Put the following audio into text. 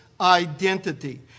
identity